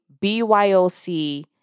BYOC